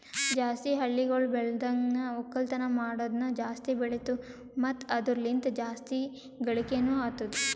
ಜಾಸ್ತಿ ಹಳ್ಳಿಗೊಳ್ ಬೆಳ್ದನ್ಗ ಒಕ್ಕಲ್ತನ ಮಾಡದ್ನು ಜಾಸ್ತಿ ಬೆಳಿತು ಮತ್ತ ಅದುರ ಲಿಂತ್ ಜಾಸ್ತಿ ಗಳಿಕೇನೊ ಅತ್ತುದ್